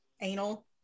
Anal